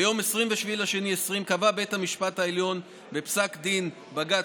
ביום 27 בפברואר 2020 קבע בית המשפט העליון בפסק דין בג"ץ